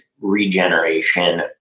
regeneration